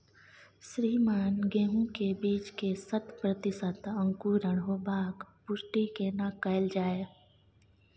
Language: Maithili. श्रीमान गेहूं के बीज के शत प्रतिसत अंकुरण होबाक पुष्टि केना कैल जाय?